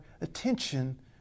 attention